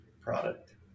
product